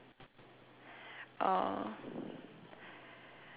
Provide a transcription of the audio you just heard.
um